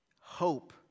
hope